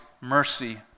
mercy